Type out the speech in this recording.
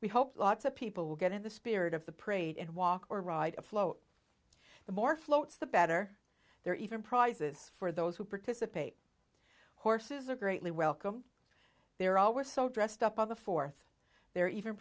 we hope lots of people will get in the spirit of the prayed and walk or ride a float the more floats the better their even prizes for those who participate horses are greatly welcome there are always so dressed up on the fourth there are even